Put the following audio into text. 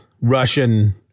Russian